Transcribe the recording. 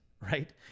Right